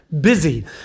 busy